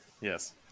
Yes